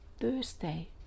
Thursday